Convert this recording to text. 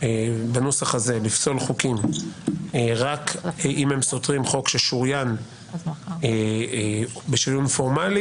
בנוסח הזה לפסול חוקים רק אם הם סותרים חוק ששוריין בשריון פורמלי,